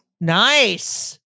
Nice